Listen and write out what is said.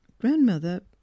Grandmother